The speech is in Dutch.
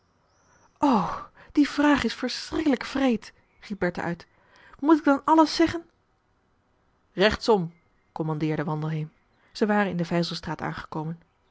die vraag is verschrikkelijk wreed riep bertha uit moet ik dan alles zeggen rechtsom commandeerde wandelheem zij waren in de vijzelstraat aangekomen